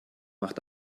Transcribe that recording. macht